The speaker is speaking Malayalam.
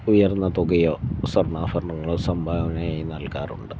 ഉയർന്ന തുകയോ സ്വർണഭരണങ്ങളോ സംഭാവനയായി നൽകാറുണ്ട്